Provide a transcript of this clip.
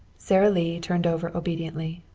sara lee turned over obediently.